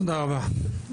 תודה רבה.